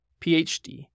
PhD